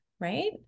right